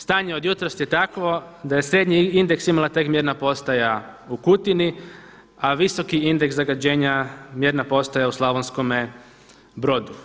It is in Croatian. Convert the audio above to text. Stanje od jutros je takvo da je srednji indeks imala tek mjerna postaja u Kutini, a visoki indeks zagađenja mjerna postaja u Slavonskome Brodu.